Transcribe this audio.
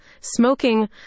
smoking